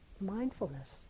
mindfulness